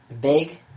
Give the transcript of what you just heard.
big